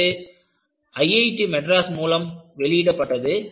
இது IIT madras மூலம் வெளியிடப்பட்டது